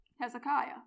Hezekiah